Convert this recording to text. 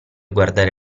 guardare